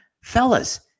fellas